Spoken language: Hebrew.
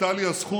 הייתה לי הזכות